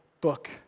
book